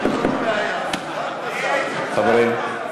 חברים.